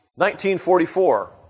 1944